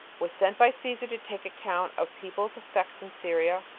was sent by caesar to take account of people's effects in syria,